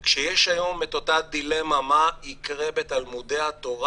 כשיש היום את אותה דילמה מה יקרה בתלמודי התורה,